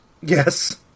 Yes